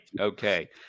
okay